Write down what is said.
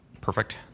perfect